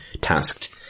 tasked